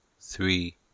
three